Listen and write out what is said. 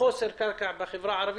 הזה בחברה הערבית.